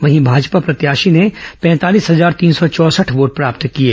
वहीं भाजपा प्रत्याशी ने पैंतालीस हजार तीन सौ चौंसठ वोट प्राप्त किए